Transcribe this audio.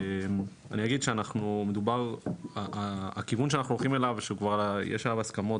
אני אגיד שהכיוון שאנחנו הולכים אליו שכבר יש עליו הסכמות,